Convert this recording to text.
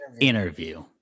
interview